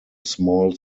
small